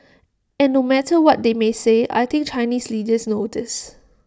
and no matter what they may say I think Chinese leaders know this